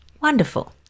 Wonderful